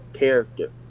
Character